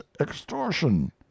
extortion